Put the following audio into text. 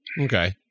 okay